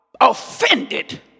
offended